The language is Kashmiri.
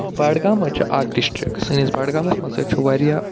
بَڈگام حظ چھِ اَکھ ڈِسٹِرٛک سٲنِس بَڈگامَس منٛز ہسا چھُ واریاہ